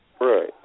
Right